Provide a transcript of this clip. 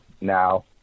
now